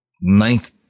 ninth